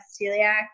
celiac